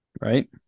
Right